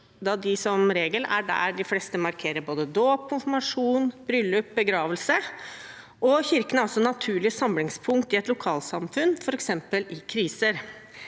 da det som regel er der de fleste markerer både dåp, konfirmasjon, bryllup og begravelse. Kirkene er også naturlige samlingspunkt i et lokalsamfunn, f.eks. i kriser.